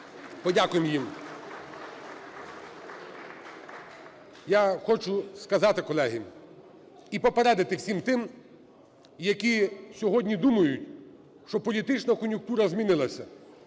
Подякуємо їм! (Оплески) Я хочу сказати, колеги, і попередити всіх тих, які сьогодні думають, що політична кон'юнктура змінилася,